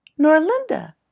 Norlinda